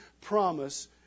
promise